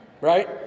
right